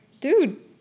dude